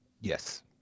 Yes